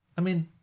i mean,